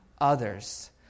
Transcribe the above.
others